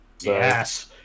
Yes